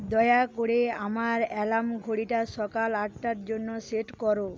দয়া করে আমার অ্যালার্ম ঘড়িটা সকাল আটটার জন্য সেট করো